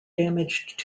damaged